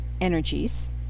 energies